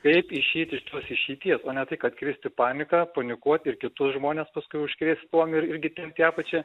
kaip išeiti iš tos išeities o ne tai kad kristi panika panikuoti ir kitus žmones paskui užkrėstuose irgi tempti į apačią